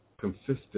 consistent